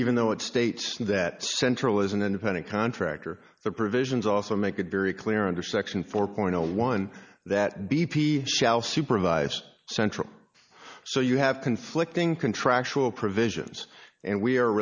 even though it states that central is an independent contractor the provisions also make it very clear under section four dollars that b p shall supervise central so you have conflicting contractual provisions and we are